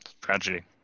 Tragedy